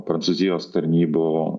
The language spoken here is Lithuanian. prancūzijos tarnybų